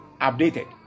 updated